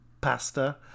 pasta